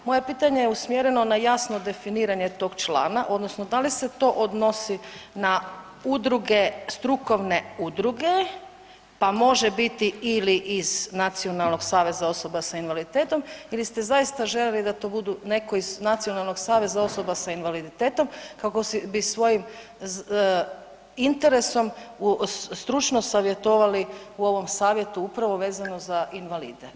Moje pitanje je usmjereno na jasno definiranje tog člana, odnosno da li se to odnosi na udruge, strukovne udruge, pa može biti ili iz Nacionalnog saveza osoba s invaliditetom ili ste zaista željeli da to budu netko iz Nacionalnog saveza osoba s invaliditetom kako bi svojim interesom u stručno savjetovali u ovom savjetu upravo vezano za invalide.